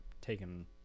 taken